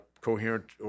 coherent